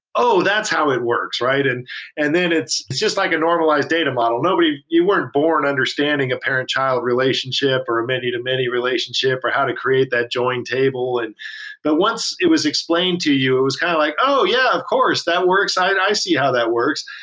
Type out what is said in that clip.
oh, that's how it works. and and then it's it's just like a normalized data model. you weren't born understanding a parent-child relationship or many-to-many relationship or how to create that join table. and but once it was explained to you, it was kind of like, oh! yeah, of course. that works. i and i see how that works.